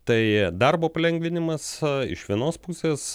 tai darbo palengvinimas iš vienos pusės